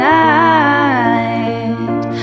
night